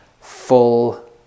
full